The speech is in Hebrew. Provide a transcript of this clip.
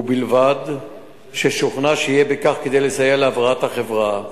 ובלבד ששוכנע שיהיה בכך כדי לסייע להבראת החברה,